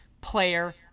player